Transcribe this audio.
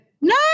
no